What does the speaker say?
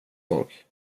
folk